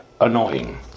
annoying